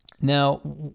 Now